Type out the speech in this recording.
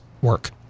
work